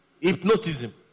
Hypnotism